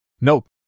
Nope